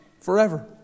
forever